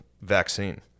vaccine